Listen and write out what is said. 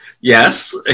Yes